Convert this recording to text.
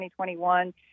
2021